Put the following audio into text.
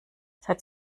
seit